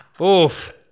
Oof